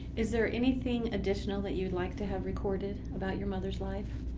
is there anything additional that you'd like to have recorded about your mother's life?